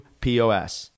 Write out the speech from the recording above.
POS